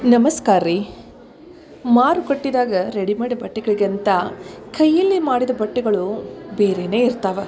ನಮಸ್ಕಾರ ರೀ ಮಾರುಕಟ್ಟೆದಾಗ ರೆಡಿಮೇಡ್ ಬಟ್ಟೆಗಳಿಗಿಂತ ಕೈಯಲ್ಲಿ ಮಾಡಿದ ಬಟ್ಟೆಗಳು ಬೇರೆಯೇ ಇರ್ತಾವೆ